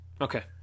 Okay